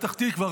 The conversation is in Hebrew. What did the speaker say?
פתח תקווה,